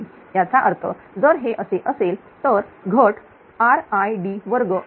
याचा अर्थ जर हे असे असेल तर घट RId2 असेल